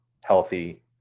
healthy